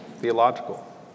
Theological